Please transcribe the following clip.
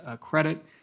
credit